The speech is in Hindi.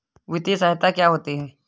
वित्तीय सहायता क्या होती है?